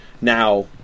now